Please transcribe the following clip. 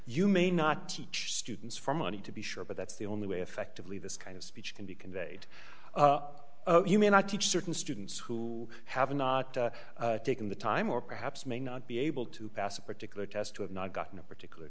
you may not teach students for money to be sure but that's the only way effectively this kind of speech can be conveyed you may not teach certain students who haven't taken the time or perhaps may not be able to pass a particular test to have not gotten a particular